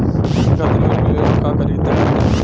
कृषि खातिर लोन मिले ला का करि तनि बताई?